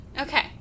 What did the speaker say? Okay